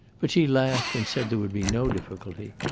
but she laughed, and said there would be no difficulty.